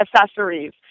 accessories